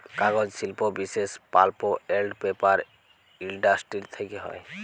কাগজ শিল্প বিশেষ পাল্প এল্ড পেপার ইলডাসটিরি থ্যাকে হ্যয়